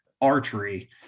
archery